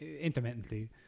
intermittently